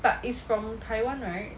but is from taiwan right